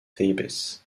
thebes